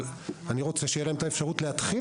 אבל אני רוצה שתהיה להם האפשרות להתחיל